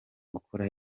gukora